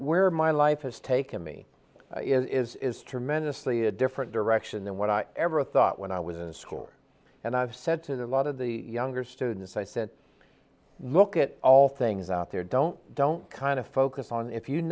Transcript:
where my life has taken me tremendously a different direction than what i ever thought when i was in scores and i've said to the lot of the younger students i said look at all things out there don't don't kind of focus on if you